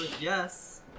yes